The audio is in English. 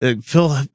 Phil